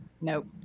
Nope